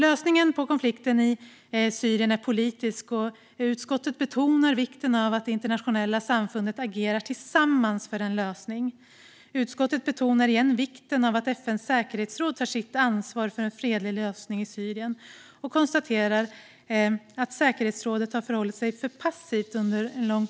Lösningen på konflikten i Syrien är politisk, och utskottet betonar vikten av att det internationella samfundet agerar tillsammans för att nå en lösning. Utskottet betonar igen vikten av att FN:s säkerhetsråd tar sitt ansvar för en fredlig lösning i Syrien och konstaterar att säkerhetsrådet under lång tid har förhållit sig för passivt.